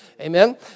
amen